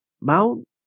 mount